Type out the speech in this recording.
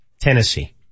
Tennessee